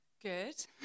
Good